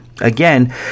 again